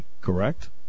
correct